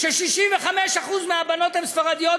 ש-65% מהבנות בו הן ספרדיות,